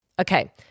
Okay